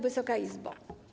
Wysoka Izbo!